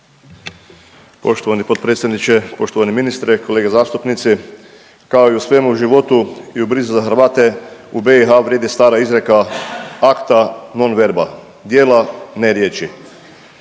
Poštovani potpredsjedniče, poštovani ministre, kolege zastupnici. Kao i u svemu u životu i u brizi za Hrvate u BiH vrijedi stara izreka acta, non verba djela ne riječi.